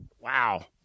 Wow